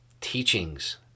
teachings